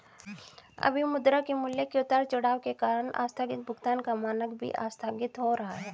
अभी मुद्रा के मूल्य के उतार चढ़ाव के कारण आस्थगित भुगतान का मानक भी आस्थगित हो रहा है